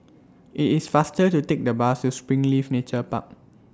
IT IS faster to Take The Bus to Springleaf Nature Park